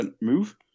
move